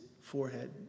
forehead